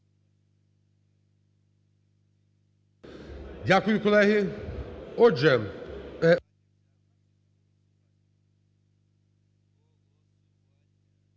Дякую, колеги.